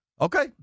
Okay